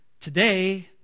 today